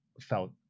felt